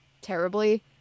terribly